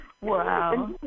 Wow